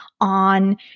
on